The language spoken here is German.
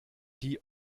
die